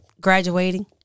graduating